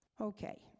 okay